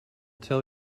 tell